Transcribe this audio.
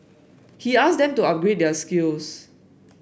he asked them to upgrade their skills